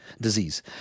disease